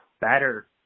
better